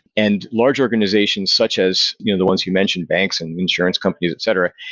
and large organizations such as you know the ones you mentioned, banks, and insurance companies, etc,